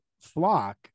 flock